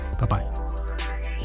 bye-bye